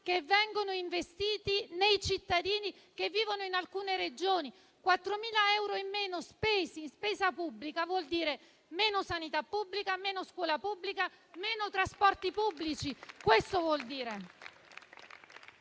che vengono investiti nei cittadini che vivono in alcune Regioni; 4.000 euro in meno spesi in spesa pubblica vuol dire meno sanità pubblica, meno scuola pubblica, meno trasporti pubblici. Questo vuol dire.